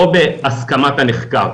או בהסכמת הנחקר.